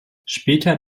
später